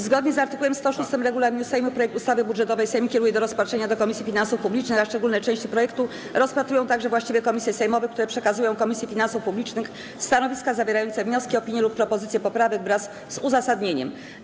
Zgodnie z art. 106 regulaminu Sejmu projekt ustawy budżetowej Sejm kieruje do rozpatrzenia do Komisji Finansów Publicznych, a poszczególne części projektu rozpatrują także właściwe komisje sejmowe, które przekazują Komisji Finansów Publicznych stanowiska zawierające wnioski, opinie lub propozycje poprawek wraz z uzasadnieniem.